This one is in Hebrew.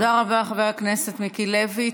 תודה רבה, חבר הכנסת מיקי לוי.